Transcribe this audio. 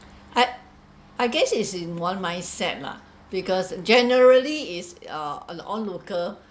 I I guess is in one's mindset lah because generally is uh an onlooker